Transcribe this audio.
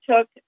took